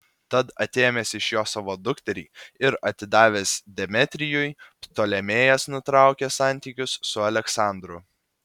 tad atėmęs iš jo savo dukterį ir atidavęs demetrijui ptolemėjas nutraukė santykius su aleksandru